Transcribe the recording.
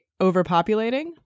overpopulating